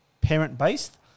parent-based